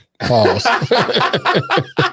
Pause